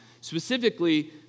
specifically